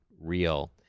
real